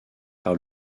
par